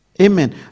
Amen